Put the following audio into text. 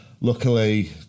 Luckily